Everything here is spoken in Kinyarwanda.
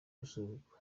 gusubikwa